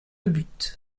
but